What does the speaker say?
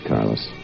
Carlos